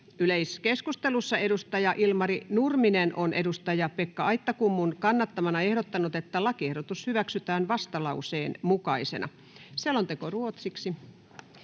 Yleiskeskustelussa Ilmari Nurminen on Pekka Aittakummun kannattamana ehdottanut, että lakiehdotus hyväksytään vastalauseen mukaisena. [Speech 2]